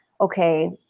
okay